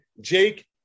Jake